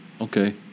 Okay